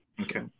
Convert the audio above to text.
okay